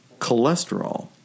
cholesterol